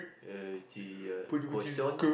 uh the uh croissant